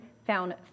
found